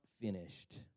finished